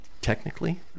Technically